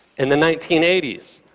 in the nineteen eighty s,